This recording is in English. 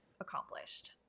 accomplished